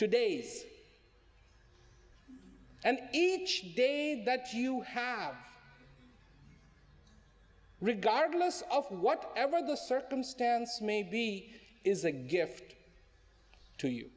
two days and each day that you have regardless of what ever the circumstance may be is a gift to you